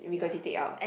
regurgitate take out